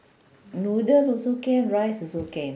noodle also can rice also can